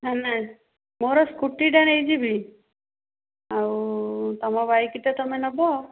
ନା ନା ମୋର ସ୍କୁଟିଟା ନେଇଯିବି ଆଉ ତୁମ ବାଇକଟା ତୁମେ ନବ